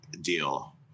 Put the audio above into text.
deal